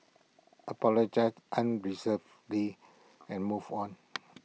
apologise unreservedly and move on